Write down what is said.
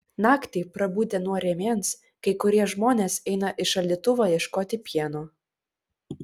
naktį prabudę nuo rėmens kai kurie žmonės eina į šaldytuvą ieškoti pieno